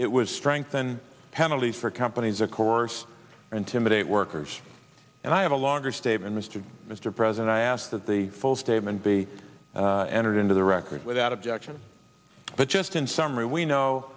it was strengthen penalties for companies of course intimidate workers and i have a longer statement mr mr president i ask that the full statement be entered into the record without objection but just in summary we know